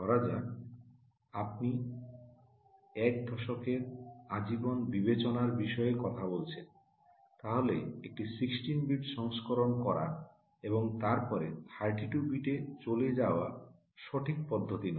ধরা যাক আপনি এক দশকের আজীবন বিবেচনার বিষয়ে কথা বলছেন তাহলে একটি 16 বিট সংস্করণ করা এবং তারপরে 32 বিটে চলে যাওয়া সঠিক পদ্ধতি নয়